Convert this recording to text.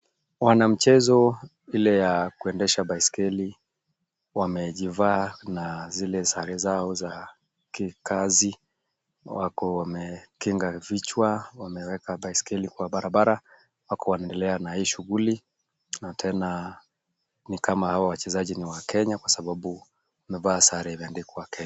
Wanamchezo ule wa kuendesha baiskeli wamejivaa na zile sare zao za kikazi. Wako wamekinga vichwa, wameweka baiskeli kwa barabara wako wanaendelea na hii shughuli na tena ni kama hao wachezaji ni wa Kenya kwa sababu wamevaa sare imeandikwa Kenya.